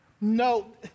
No